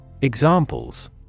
Examples